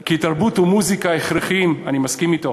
כי תרבות ומוזיקה זה הכרחי, אני מסכים אתו,